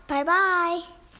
Bye-bye